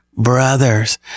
brothers